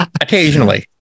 Occasionally